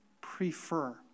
prefer